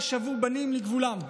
ושבו בנים לגבולם.